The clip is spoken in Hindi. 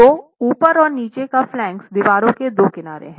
तो ऊपर और नीचे का फ्लांगेस दीवारों के दो किनारों हैं